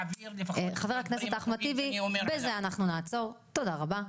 חבר הכנסת אחמד טיבי, בזה אנחנו נעצור תודה רבה.